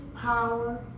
power